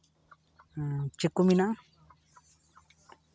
ᱪᱮᱫ ᱠᱚ ᱢᱮᱱᱟᱜᱼᱟ